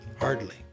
Hardly